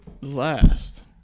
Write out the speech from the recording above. last